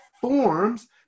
forms